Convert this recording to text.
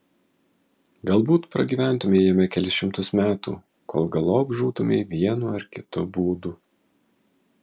galbūt pragyventumei jame kelis šimtus metų kol galop žūtumei vienu ar kitu būdu